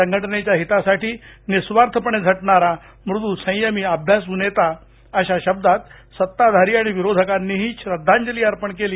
संघटनेच्या हितासाठी निःस्वार्थपणे झटणारा मृदू संयमी अभ्यासू नेता अशा शब्दात सत्ताधारी आणि विरोधकांनीही श्रद्धांजली अर्पण केली